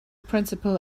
principle